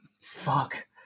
Fuck